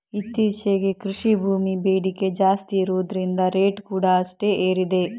ಇತ್ತೀಚೆಗೆ ಕೃಷಿ ಭೂಮಿ ಬೇಡಿಕೆ ಜಾಸ್ತಿ ಇರುದ್ರಿಂದ ರೇಟ್ ಕೂಡಾ ಅಷ್ಟೇ ಏರಿದೆ